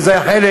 וזה היה חלק,